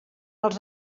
als